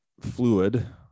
fluid